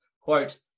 quote